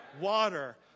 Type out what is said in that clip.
Water